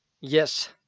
Yes